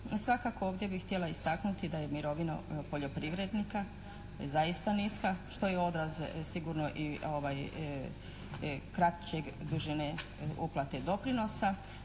Svakako ovdje bih htjela istaknuti da je mirovina poljoprivrednika zaista niska što je odraz sigurno kraćeg dužine uplate doprinosa,